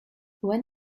when